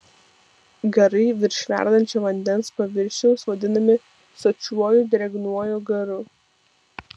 garai virš verdančio vandens paviršiaus vadinami sočiuoju drėgnuoju garu